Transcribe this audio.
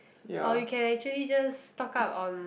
or you can actually just stock up on